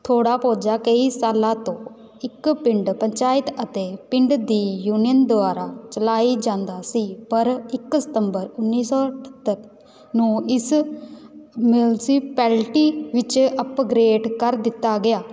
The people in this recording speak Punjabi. ਥੋਡਾਪੁਜ਼ਾ ਕਈ ਸਾਲਾਂ ਤੋਂ ਇੱਕ ਪਿੰਡ ਪੰਚਾਇਤ ਅਤੇ ਪਿੰਡ ਦੀ ਯੂਨੀਅਨ ਦੁਆਰਾ ਚਲਾਈ ਜਾਂਦਾ ਸੀ ਪਰ ਇੱਕ ਸਤੰਬਰ ਉੱਨੀ ਸੌ ਅਠੱਤਰ ਨੂੰ ਇਸ ਮਿਉਂਸੀਪਲਟੀ ਵਿੱਚ ਅਪਗ੍ਰੇਡ ਕਰ ਦਿੱਤਾ ਗਿਆ